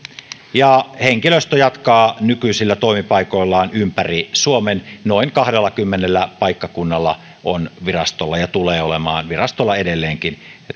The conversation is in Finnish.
ja henkilöstö jatkaa nykyisillä toimipaikoillaan ympäri suomen noin kahdellakymmenellä paikkakunnalla on virastolla toimintaa ja tulee olemaan edelleenkin